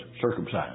circumcised